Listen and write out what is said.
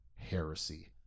heresy